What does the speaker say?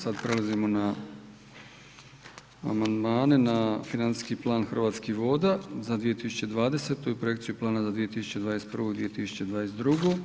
Sad prelazimo na amandmane na Financijski plan Hrvatskih voda za 2020. i Projekciju plana za 2021. i 2022.